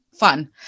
fun